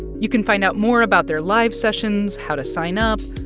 you can find out more about their live sessions, how to sign up,